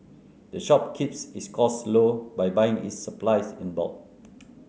the shop keeps its costs low by buying its supplies in bulk